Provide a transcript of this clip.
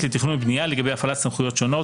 לתכנון ובנייה לגבי הפעלת סמכויות שונות,